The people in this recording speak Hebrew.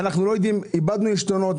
איבדנו עשתונות.